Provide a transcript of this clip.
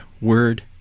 word